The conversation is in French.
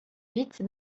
vite